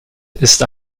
ist